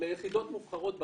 ליחידות מובחרות בצבא,